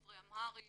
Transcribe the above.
למי הגשתם, מי סירב.